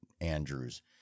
Andrews